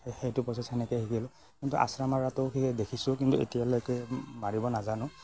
সেইটো প্ৰচেছ সেনেকৈয়ে শিকিলোঁ কিন্তু আচৰা মাৰাটো সেই দেখিছোঁ কিন্তু এতিয়ালৈকে মাৰিব নাজানোঁ